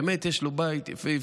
באמת, יש לו בית יפהפה.